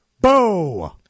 bo